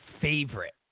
favorite